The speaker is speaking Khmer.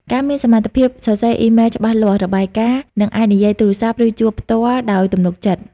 ការមានសមត្ថភាពសរសេរអ៊ីមែលច្បាស់លាស់ របាយការណ៍ និងអាចនិយាយទូរសព្ទ ឬជួបផ្ទាល់ដោយទំនុកចិត្ត។